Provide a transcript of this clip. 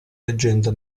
leggenda